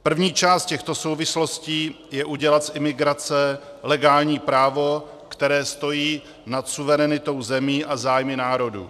První část těchto souvislostí je udělat z imigrace legální právo, které stojí nad suverenitou zemí a zájmy národů.